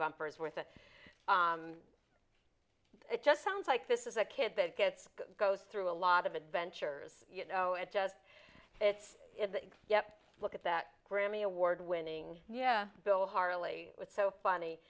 bumpers worth it it just sounds like this is a kid that gets goes through a lot of adventures you know it does yep look at that grammy award winning yeah bill harley was so funny